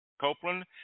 Copeland